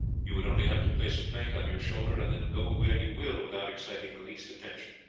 you would only have to place a plank on your shoulder and then go where you will without exciting the least attention.